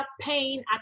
pain